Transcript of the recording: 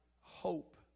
hope